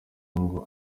ngo